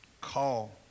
call